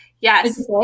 Yes